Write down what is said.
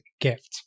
gift